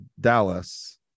Dallas